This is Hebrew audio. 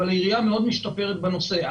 אבל העירייה מאוד משתפרת בנושא.